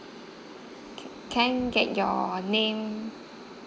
ca~ can I get your name